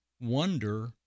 wonder